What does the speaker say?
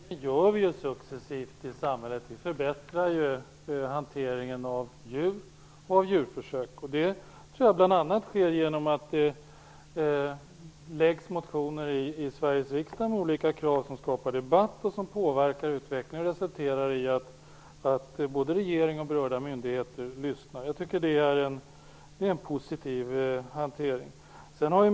Herr talman! Så gör vi ju successivt i samhället. Vi förbättrar hanteringen av djur och av djurförsök. Det sker bl.a. genom att det väcks motioner i Sveriges riksdag med olika krav som skapar debatt och som påverkar utvecklingen. Resultatet blir att både regeringen och berörda myndigheter lyssnar. Jag tycker att det är en positiv hantering.